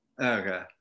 Okay